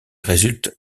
résultent